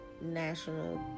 national